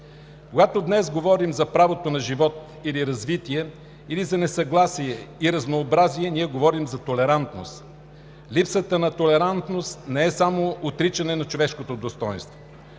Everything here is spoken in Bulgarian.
Когато днес говорим за правото на живот или развитие, или за несъгласие и разнообразие, ние говорим за толерантност. Липсата на толерантност не е само отричане на човешкото достойнство.